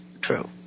true